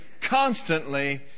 constantly